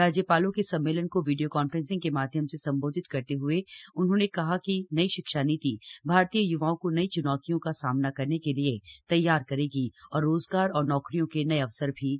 राज्यपालों के सम्मेलन को वीडियो कांफ्रेंस के माध्यम से संबोधित करते हुए उन्होंने कहा है कि नई शिक्षा नीति भारतीय युवाओं को नई चुनौतियों का सामना करने के लिए तैयार करेगी और रोजगार और नौकरियों के नए अवसर भी पैदा करेगी